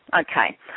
okay